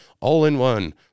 all-in-one